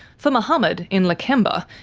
for mohammed, in lakemba,